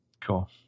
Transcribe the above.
Cool